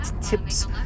Tips